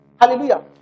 Hallelujah